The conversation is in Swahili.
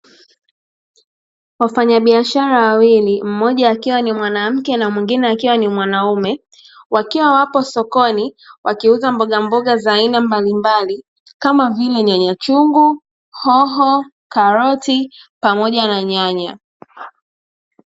Wafanyabiashara wawili mmoja akiwa ni mwanamke na mwingine akiwa ni mwanaume wakiwa wapo sokoni wakiuza mbogamboga za aina mbalimbali kama vile: nyanya chungu, hoho, karoti pamoja na nyanya.